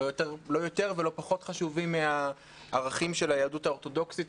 לא יותר ולא פחות חשובים מן הערכים של היהדות האורתודוקסית,